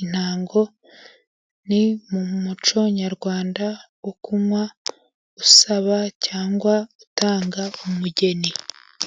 intango ni mu muco nyarwanda wo kunywa usaba cyangwa utanga umugeni.